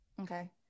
okay